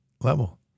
level